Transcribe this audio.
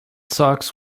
sox